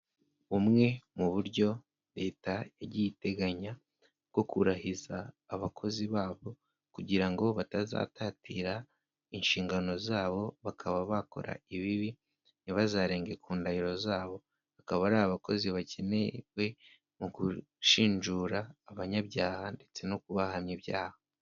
Bumwe mu buryo Leta yagiye iteganya bwo kurahiza abakozi babo, kugira ngo batazatatira inshingano zabo bakaba bakora ibibi, ntibazarenge ku ndahiro zabo; akaba ari abakozi bakenewe mu gushinjura abanyabyaha ndetse no kubahamya ibyaha.